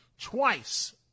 twice